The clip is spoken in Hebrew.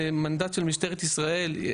זה מנדט של משטרת ישראל.